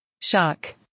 Shock